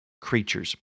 creatures